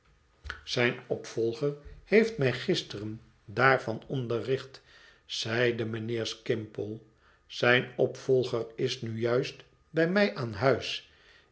zijn opvolger heeft mij gisteren daarvan onderricht zeide mijnheer skimpole zijn opvolger is nu juist bij mij aan huis